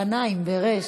רנאים, ברי"ש.